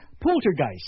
Poltergeist